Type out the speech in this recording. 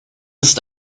ist